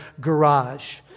garage